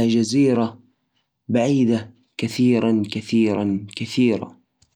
في جزيرة بعيدة قلبها بدأ يدق بسرعة وتذكرت مغامراتها القديمة قررت انها تحزم اغراضها وتطلع تبحث عن صاحب الرسالة